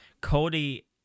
Cody